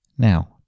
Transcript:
Now